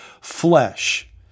flesh